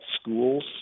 schools